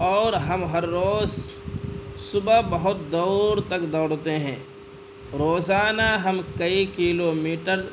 اور ہم ہر روز صبح بہت دور تک دوڑتے ہیں روزانہ ہم کئی کلو میٹر